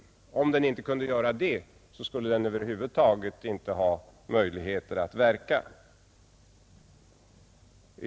Om den inte kunde göra det, skulle den över huvud taget inte ha möjligheter att verka.